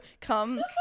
come